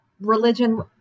religion